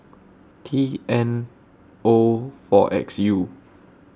T N O four X U